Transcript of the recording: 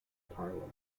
parliament